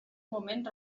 moment